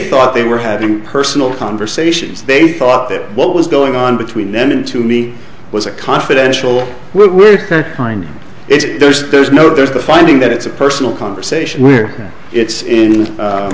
thought they were having personal conversations they thought that what was going on between then and to me was a confidential we're trying to it's there's no there's the finding that it's a personal conversation where it's